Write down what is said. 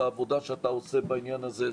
לעבודה שאתה עושה בעניין הזה.